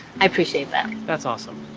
i appreciate that. that's awesome.